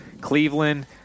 Cleveland